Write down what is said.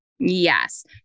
Yes